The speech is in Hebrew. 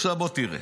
עכשיו בוא תראה.